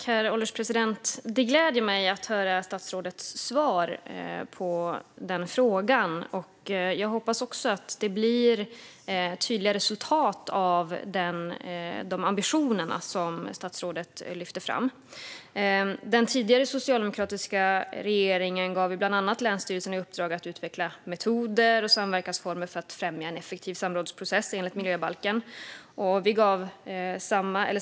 Herr ålderspresident! Det gläder mig att höra statsrådets svar på den frågan, och jag hoppas också att det blir tydliga resultat av de ambitioner som statsrådet lyfter fram. Den tidigare socialdemokratiska regeringen gav bland annat länsstyrelserna i uppdrag att utveckla metoder och samverkansformer för att främja en effektiv samrådsprocess enligt miljöbalken.